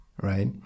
right